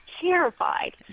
Terrified